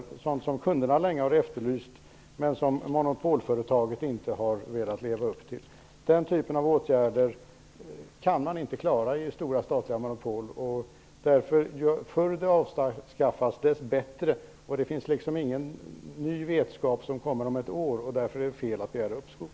Detta är sådant som kunderna länge har efterlyst men som monopolföretaget inte har velat leva upp till. Den typen av åtgärder kan man inte klara i stora statliga monopol. Ju förr monopolet avskaffas, desto bättre är det därför. Det finns ingen ny vetskap som kommer om ett år, och det är därför fel att begära uppskov.